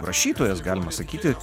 rašytojas galima sakyti